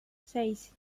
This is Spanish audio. seis